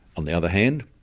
on the other hand,